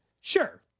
Sure